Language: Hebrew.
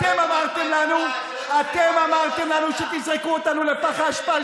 אתם אמרתם לנו שתזרקו אותנו לפחי אשפה.